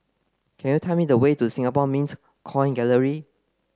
can you tell me the way to Singapore Mint Coin Gallery